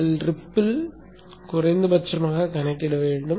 நீங்கள் ரிப்பிலை குறைந்தபட்சமாக கணக்கிட வேண்டும்